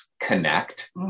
connect